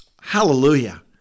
Hallelujah